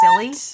silly